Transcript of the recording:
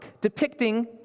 depicting